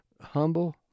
humble